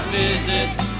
visits